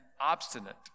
obstinate